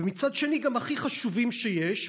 ומצד שני גם הכי חשובים שיש,